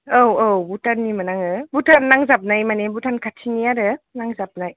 औ औ भुटान निमोन आङो भुटान नांजाबनाय माने भुटान खाथिनि आरो नांजाबनाय